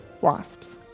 Wasps